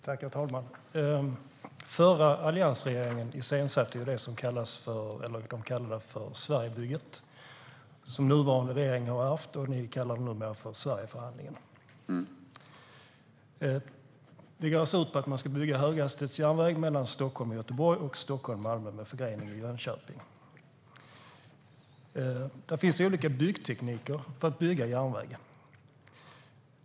Herr talman! Den förra alliansregeringen iscensatte det som de kallade för Sverigebygget. Den nuvarande regeringen har ärvt detta och kallar det numera för Sverigeförhandlingen. Det går ut på att man ska bygga höghastighetsjärnväg mellan Stockholm och Göteborg och Stockholm och Malmö med förgrening i Jönköping. Det finns olika tekniker för att bygga järnvägar.